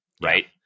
right